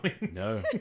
No